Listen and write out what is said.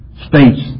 states